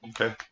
Okay